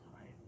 right